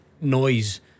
noise